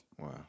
Wow